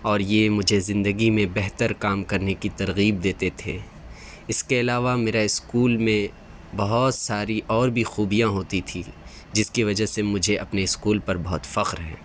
اور یہ مجھے زندگی میں بہتر کام کرنے کی ترغیب دیتے تھے اس کے علاوہ میرا اسکول میں بہت ساری اور بھی خوبیاں ہوتی تھیں جس کی وجہ سے مجھے اپنے اسکول پر بہت فخر ہے